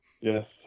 Yes